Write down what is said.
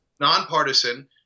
nonpartisan